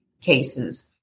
cases